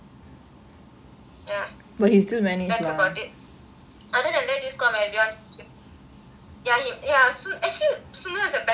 that is about it other than that this committee ya he ya actually sundra is a better president than last year's guy